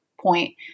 point